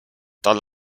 tal